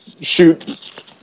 shoot